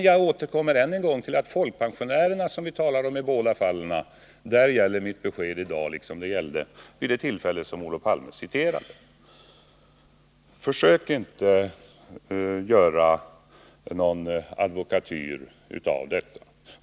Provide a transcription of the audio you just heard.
Jag återkommer än en gång till att för folkpensionärerna, som vi talade om i båda fallen, gäller mitt besked i dag liksom det gällde vid det tillfälle som Olof Palme citerade från. Försök inte göra advokatyr av detta!